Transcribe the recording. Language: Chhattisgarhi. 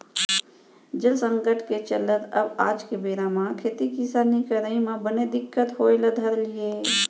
जल संकट के चलत अब आज के बेरा म खेती किसानी करई म बने दिक्कत होय ल धर लिये हे